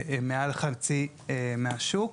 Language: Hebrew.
שהם מעל חצי מהשוק.